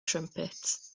trumpet